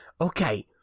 Okay